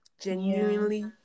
genuinely